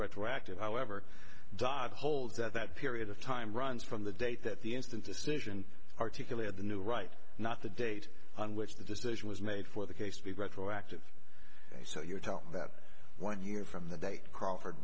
retroactive however dodd holds that that period of time runs from the date that the instant decision articulated the new right not the date on which the decision was made for the case to be retroactive so you're telling that one year from the date crawford